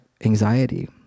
anxiety